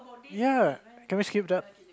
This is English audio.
ya can we skip that